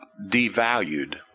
devalued